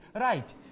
right